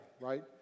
right